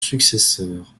successeur